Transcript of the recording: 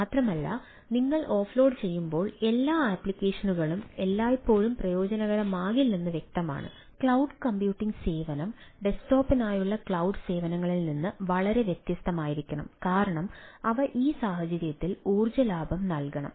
mobile സേവനങ്ങളിൽ നിന്ന് വളരെ വ്യത്യസ്തമായിരിക്കണം കാരണം അവ ഈ സാഹചര്യത്തിൽ ഊർജ്ജ ലാഭം നൽകണം